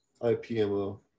IPMO